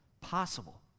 possible